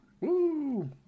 Woo